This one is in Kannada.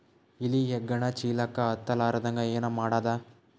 ಇಲಿ ಹೆಗ್ಗಣ ಚೀಲಕ್ಕ ಹತ್ತ ಲಾರದಂಗ ಏನ ಮಾಡದ?